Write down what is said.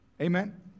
Amen